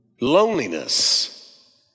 Loneliness